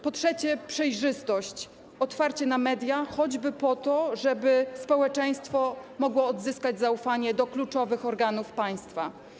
Po trzecie, przejrzystość, otwarcie na media, choćby po to, żeby społeczeństwo mogło odzyskać zaufanie do kluczowych organów państwa.